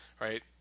right